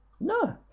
No